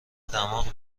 دماغ